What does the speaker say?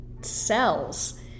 cells